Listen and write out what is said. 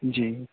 جی